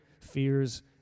fears